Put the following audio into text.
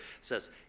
says